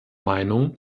meinung